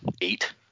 eight